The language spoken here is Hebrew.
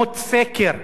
זה בסדר?